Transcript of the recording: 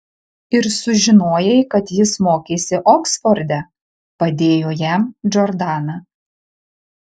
ir sužinojai kad jis mokėsi oksforde padėjo jam džordana